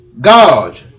God